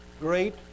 great